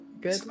Good